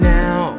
now